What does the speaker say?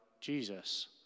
Jesus